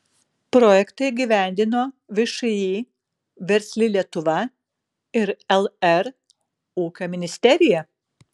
projektą įgyvendino všį versli lietuva ir lr ūkio ministerija